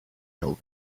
told